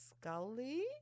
scully